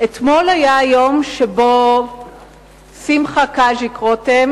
אתמול היה היום, בשנת 1942, שבו שמחה קז'יק רותם